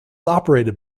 operated